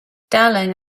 darling